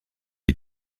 est